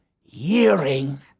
hearing